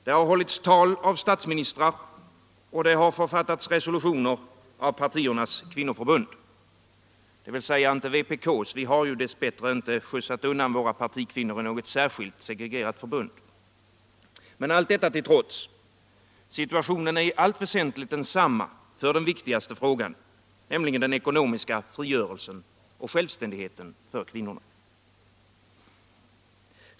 Det har hållits tal av statsministern och det har författats resolutioner av partiernas kvinnoförbund. Dvs. inte vpk:s — vi har ju dess bättre inte skjutsat undan våra partikvinnor i något särskilt, segregerat förbund. Men allt detta till trots — situationen är i allt väsentligt densamma för den viktigaste frågan: den ekonomiska frigörelsen och självständigheten för kvinnorna.